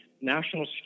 national